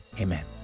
Amen